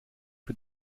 für